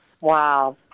Wow